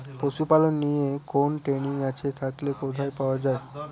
পশুপালন নিয়ে কোন ট্রেনিং আছে থাকলে কোথায় পাওয়া য়ায়?